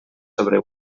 sobre